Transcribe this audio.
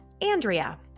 Andrea